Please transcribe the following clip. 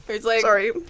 sorry